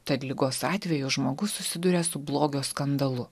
tad ligos atveju žmogus susiduria su blogio skandalu